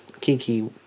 Kiki